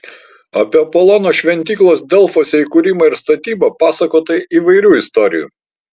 apie apolono šventyklos delfuose įkūrimą ir statybą pasakota įvairių istorijų